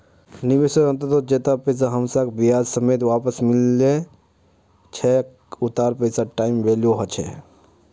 निवेशेर अंतत जैता पैसा हमसाक ब्याज समेत वापस मिलो छेक उता पैसार टाइम वैल्यू ह छेक